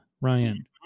Ryan